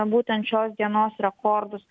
būtent šios dienos rekordus